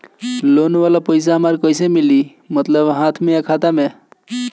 Loan वाला पैसा हमरा कइसे मिली मतलब हाथ में या खाता में?